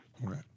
Right